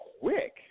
quick